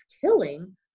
killing